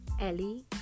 Ellie